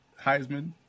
Heisman